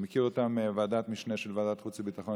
אני מכיר אותם מוועדת המשנה של ועדת החוץ והביטחון,